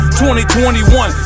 2021